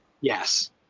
Yes